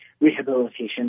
rehabilitation